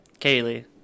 Kaylee